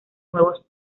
nuevos